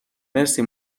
مرسی